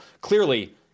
clearly